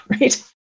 right